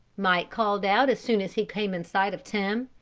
mike called out as soon as he came in sight of tim.